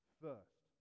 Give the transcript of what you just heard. first